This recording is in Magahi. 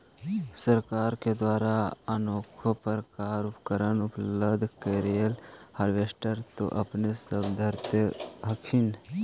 सरकार के द्वारा अनेको प्रकार उपकरण उपलब्ध करिले हारबेसटर तो अपने सब धरदे हखिन?